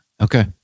Okay